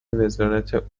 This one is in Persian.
وزارت